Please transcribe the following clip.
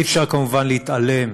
אי-אפשר כמובן להתעלם